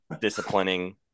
disciplining